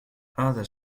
other